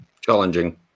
Challenging